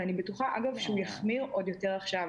ואני בטוחה אגב שהוא יחמיר עוד יותר עכשיו,